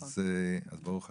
אז ברוך השם.